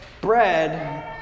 bread